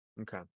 okay